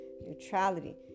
neutrality